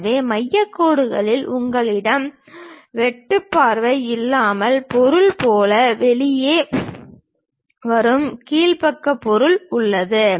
எனவே மையக் கோட்டிலிருந்து உங்களிடம் வெட்டு பார்வை இல்லாமல் பொருள் போல வெளியே வரும் கீழ் பக்க பொருள் உள்ளது